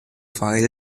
define